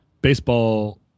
baseball